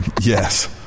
yes